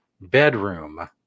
bedroom